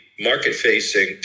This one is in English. market-facing